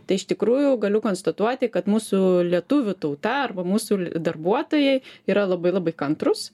tai iš tikrųjų galiu konstatuoti kad mūsų lietuvių tauta arba mūsų darbuotojai yra labai labai kantrūs